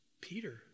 Peter